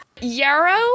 yarrow